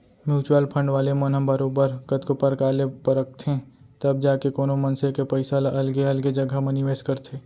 mutual fund वाले मन ह बरोबर कतको परकार ले परखथें तब जाके कोनो मनसे के पइसा ल अलगे अलगे जघा म निवेस करथे